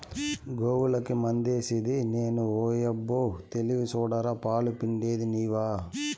గోవులకి మందేసిది నేను ఓయబ్బో తెలివి సూడరా పాలు పిండేది నీవా